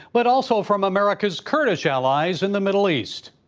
but also from america's kurdish allies in the middle east.